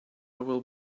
will